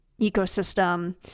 ecosystem